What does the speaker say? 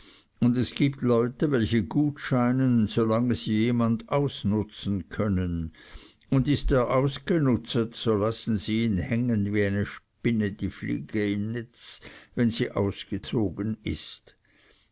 und es gibt leute welche gut scheinen solange sie jemand ausnutzen können und ist er ausgenutzet so lassen sie ihn hängen wie eine spinne die fliege im netz wenn sie ausgesogen ist